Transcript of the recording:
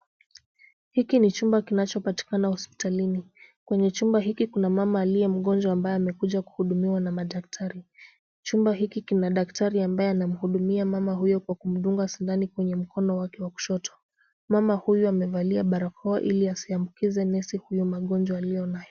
Hiki ni chumba kinachopatikana hospitalini. Kwenye chumba hiki kuna mama mmoja ambaye amekuja kuhudumiwa na madaktari. Chumba hiki kina daktari ambaye amamhudumia mama huyu kwa kumdunga sindano kwenye mkono wake wa kushoto. Mama huyu amevalia barakoa ili asiambikize nesi huyu magonjwa aliyonayo